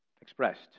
expressed